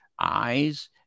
eyes